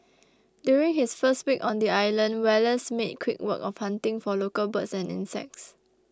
during his first week on the island Wallace made quick work of hunting for local birds and insects